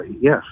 yes